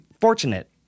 fortunate